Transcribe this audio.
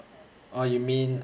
oh you mean